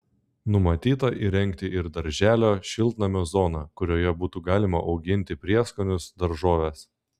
numatyta įrengti ir darželio šiltnamio zoną kurioje būtų galima auginti prieskonius daržoves